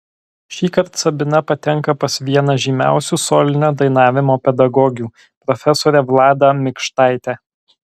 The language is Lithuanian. šįkart sabina patenka pas vieną žymiausių solinio dainavimo pedagogių profesorę vladą mikštaitę